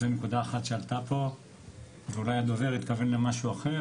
זו נקודה אחת שעלתה פה ואולי הדובר התכוון למשהו אחר,